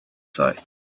site